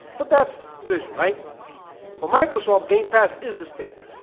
but that's vision right for microsoft game pass is the stake